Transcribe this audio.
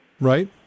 Right